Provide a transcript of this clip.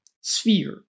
sphere